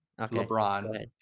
LeBron